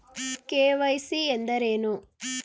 KYC ಎಂದರೇನು?